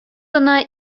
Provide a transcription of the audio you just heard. ӑна